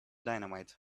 dynamite